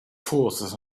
forces